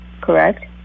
correct